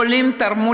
שהעולים תרמו